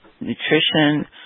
nutrition